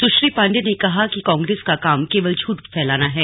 सुश्री पांडे ने कहा कि कांग्रेस का काम केवल झूठ फैलाना है